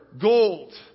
gold